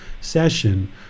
session